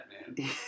Batman